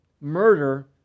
murder